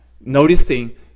Noticing